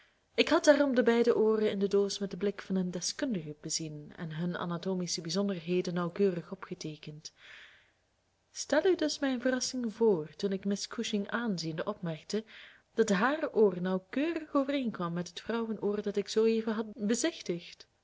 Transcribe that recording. ik had daarom de beide ooren in de doos met den blik van een deskundige bezien en hun anatomische bijzonderheden nauwkeurig opgeteekend stel u dus mijn verrassing voor toen ik miss cushing aanziende opmerkte dat haar oor nauwkeurig overeenkwam met het vrouwenoor dat ik zooeven had bezichtigd